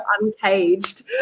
uncaged